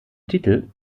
titel